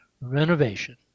renovation